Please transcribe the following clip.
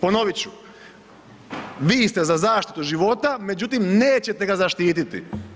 Ponovit ću, vi ste za zaštitu života međutim nećete ga zaštititi.